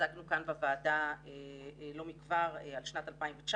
שהצגנו כאן בוועדה לא מכבר על שנת 2019,